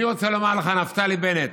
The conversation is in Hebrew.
אני רוצה לומר לך, נפתלי בנט,